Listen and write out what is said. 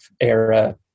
era